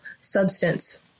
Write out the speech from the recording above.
substance